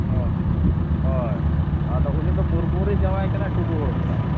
ᱦᱮᱸ ᱦᱚᱭ ᱟᱫᱚ ᱩᱱᱤᱫᱚ ᱢᱩᱨᱢᱩ ᱨᱮᱭ ᱡᱟᱶᱟᱭ ᱟᱠᱟᱱᱟ ᱴᱩᱰᱩ ᱦᱚᱲ ᱠᱟᱱᱟᱭ